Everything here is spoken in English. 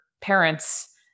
parents